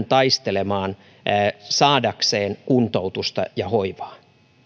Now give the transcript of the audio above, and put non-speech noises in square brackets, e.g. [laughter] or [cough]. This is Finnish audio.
[unintelligible] taistelemaan saadakseen kuntoutusta ja hoivaa